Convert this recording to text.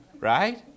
Right